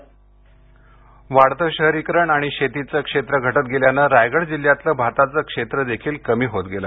भात शेती वाढतं शहरीकरण आणि शेतीचं क्षेत्र घटत गेल्याने रायगड जिल्ह्यातलं भाताचं क्षेत्र देखील कमी होत गेले